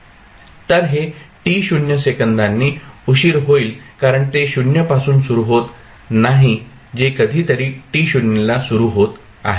तर हे t0 सेकंदांनी उशीर होईल कारण ते 0 पासून सुरू होत नाही जे कधीतरी t0 ला सुरू होत आहे